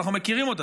אנחנו מכירים אותה,